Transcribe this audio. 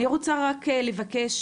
אני רוצה רק לבקש,